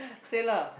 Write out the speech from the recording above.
say lah